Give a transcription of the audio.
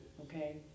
okay